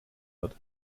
wird